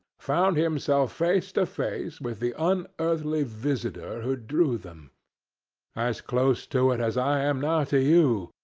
found himself face to face with the unearthly visitor who drew them as close to it as i am now to you,